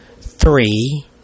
Three